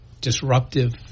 disruptive